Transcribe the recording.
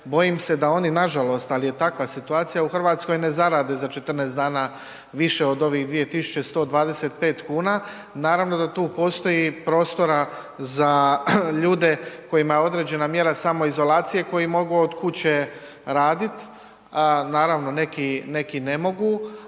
bojim se da oni nažalost, ali je takva situacija u Hrvatskoj ne zarade za 14 dana više od ovih 2.125 kuna, naravno da tu postoji prostora za ljude kojima je određena mjera samoizolacije koji mogu od kuće radit, naravno neki ne mogu